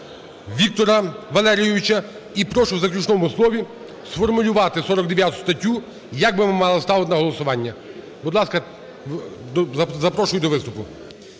Віктора Валерійовича. І прошу в заключному слові сформулювати 49 статтю, як би ми мали ставити на голосування. Будь ласка, запрошую до виступу.